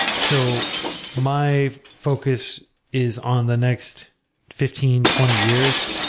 so my focus is on the next fifteen, twenty years,